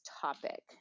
topic